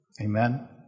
Amen